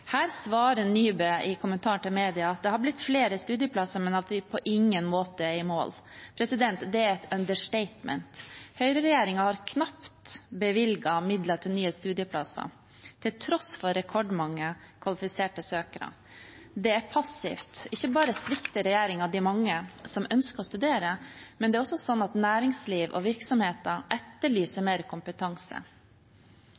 Her svarer statsråd Nybø i kommentaren til mediene at det er blitt flere studieplasser, men at vi på ingen måte er i mål. Det er et understatement. Høyreregjeringen har knapt bevilget midler til nye studieplasser, til tross for rekordmange kvalifiserte søkere. Det er passivt. Ikke bare svikter regjeringen de mange som ønsker å studere, det er også slik at næringsliv og virksomheter etterlyser